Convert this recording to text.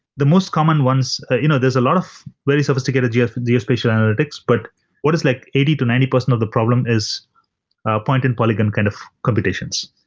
the most common ones you know there's a lot of very sophisticated yeah geospatial analytics, but what is like eighty percent to ninety percent of the problem is point in polygon kind of computations.